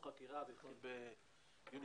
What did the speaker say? ביוני